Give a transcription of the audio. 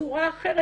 צורה אחרת,